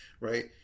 right